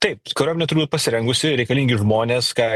taip kariuomenė turi būt pasirengusi reikalingi žmonės ką